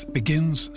begins